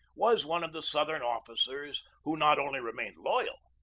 was one of the southern officers who not only remained loyal,